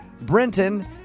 Brenton